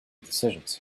decisions